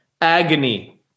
agony